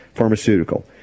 pharmaceutical